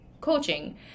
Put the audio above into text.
coaching